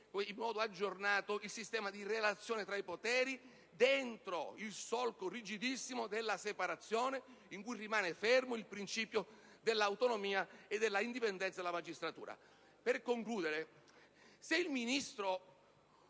in modo aggiornato il sistema di relazione tra i poteri dentro il solco rigidissimo della separazione, in cui rimane fermo il principio dell'autonomia e dell'indipendenza della magistratura. Per concludere, se il Ministro